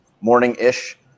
morning-ish